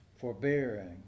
forbearing